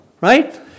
right